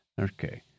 Okay